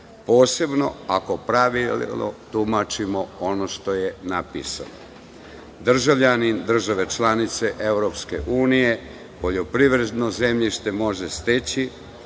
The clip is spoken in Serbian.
posebno ako pravilno tumačimo ono što je napisano. Državljanin države članice EU poljoprivredno zemljište može steći